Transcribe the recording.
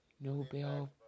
Nobel